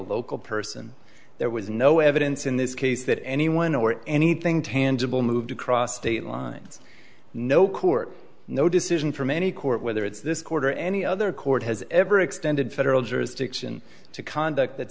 local person there was no evidence in this case that anyone or anything tangible moved across state lines no court no decision from any court whether it's this quarter any other court has ever extended federal jurisdiction to conduct that